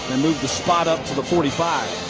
and move the spot up to the forty five.